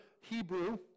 Hebrew